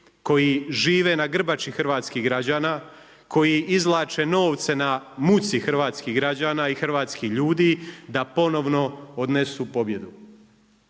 koji žive na grbači hrvatskih građana, koji izvlače novce na muci hrvatskih građana i hrvatskih ljudi da ponovno odnesu pobjedu.